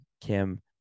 Kim